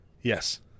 Yes